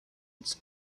its